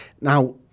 Now